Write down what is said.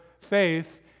faith